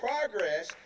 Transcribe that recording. progress